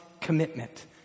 commitment